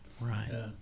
Right